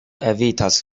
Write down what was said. evitas